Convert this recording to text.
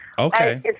Okay